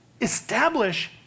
establish